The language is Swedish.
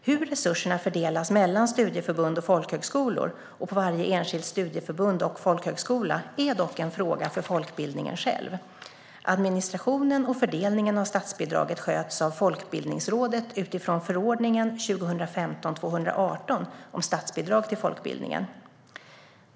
Hur resurserna fördelas mellan studieförbund och folkhögskolor och på varje enskilt studieförbund och folkhögskola är dock en fråga för folkbildningen själv. Administrationen och fördelningen av statsbidraget sköts av Folkbildningsrådet utifrån förordningen om statsbidrag till folkbildningen.